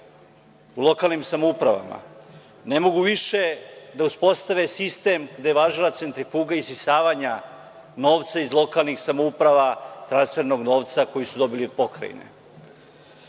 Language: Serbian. u lokalnim samoupravama. Ne mogu više da uspostave sistem gde je važila centrifuga isisavanja novca iz lokalnih samouprava, transfernog novca koji su dobili od pokrajine. Imamo